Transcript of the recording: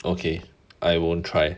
okay I won't try